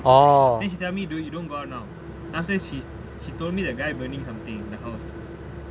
then she tell me you don't go out now then after that she tell me the guy burning something the house